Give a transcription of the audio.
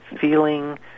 feeling